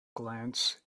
glance